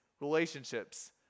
relationships